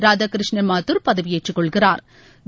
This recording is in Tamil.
ராதாகிருஷ்ண மாத்தூர் பதவியேற்றுக் கொள்கிறா்